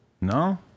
No